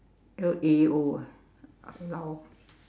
L A O ah Lao